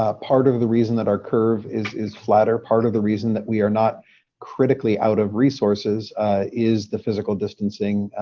ah part of the reason that our curve is is flatter, part of the reason that we are not critically out of resources is the physical distancing,